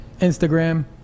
Instagram